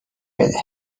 بده